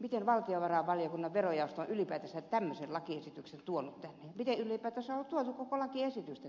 miten valtiovarainvaliokunnan verojaosto on ylipäätänsä tämmöisen lakiesityksen tuonut tänne miten ylipäätänsä on tuotu koko lakiesitys tänne